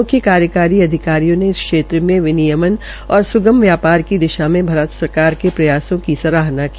मुख्य कार्यकारी अधिकारी ने इस क्षेत्र में विनियमन और सुगम व्यापार की दिशा में भारत सरकार के प्रयासों की सराहना की